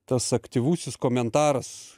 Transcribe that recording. tas aktyvusis komentaras